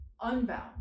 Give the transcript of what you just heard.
unbound